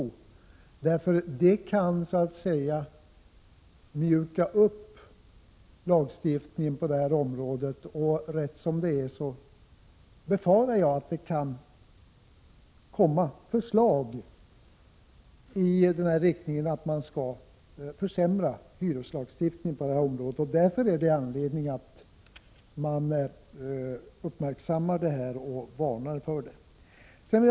Det kan mjuka upp lagstiftningen på det här området, och då befarar jag att det rätt som det är kan komma förslag i den riktningen att man skall försämra hyreslagstiftningen på det här området. Därför finns det anledning att uppmärksamma och varna för detta.